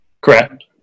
Correct